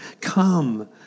come